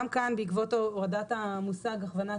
גם כאן בעקבות הורדת המושג "הכוונת